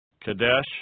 Kadesh